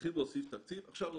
צריכים להוסיף תקציב.